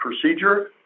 procedure